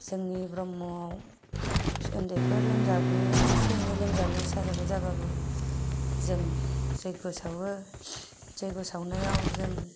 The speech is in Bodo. जोंनि ब्रह्मव उन्दैफोर लोमजाब्लाबो एसे एनै लोमजालु साजालु जाब्लाबो जों जग्य सावो जग्य सावनायाव जों